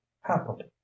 happily